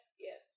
Yes